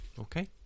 okay